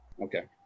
Okay